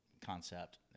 concept